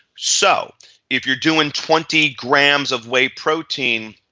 so if you're doing twenty grams of whey protein,